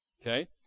Okay